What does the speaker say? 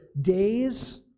days